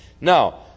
Now